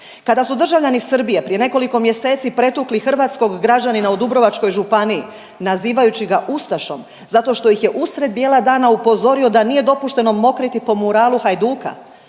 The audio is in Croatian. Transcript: Kada su državljani Srbije prije nekoliko mjeseci pretukli hrvatskog građanina u Dubrovačkoj županiji, nazivajući ga Ustašom zato što ih je usred bijela dana upozorio da nije dopušteno mokriti po muralu Hajduka,